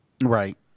Right